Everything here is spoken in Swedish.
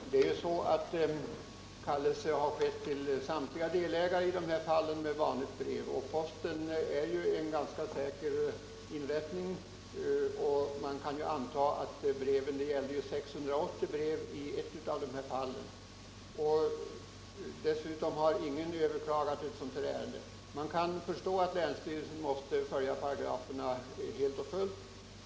Herr talman! I de här fallen har kallelser utsänts till samtliga deltagare genom vanligt brev. Posten är ju en ganska säker inrättning, och man kan anta att kallelserna kommit fram. Det gällde 680 brev i ett av fallen. Ingen har överklagat. Man kan förstå att länsstyrelserna måste följa paragraferna helt och fullt.